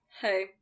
hey